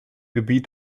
gebiet